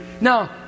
Now